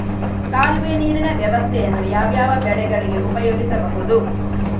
ಕಾಲುವೆ ನೀರಿನ ವ್ಯವಸ್ಥೆಯನ್ನು ಯಾವ್ಯಾವ ಬೆಳೆಗಳಿಗೆ ಉಪಯೋಗಿಸಬಹುದು?